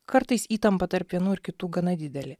kartais įtampa tarp vienų ir kitų gana didelė